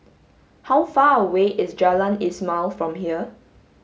how far away is Jalan Ismail from here